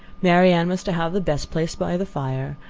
marianne was to have the best place by the fire,